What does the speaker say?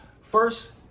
First